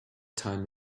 time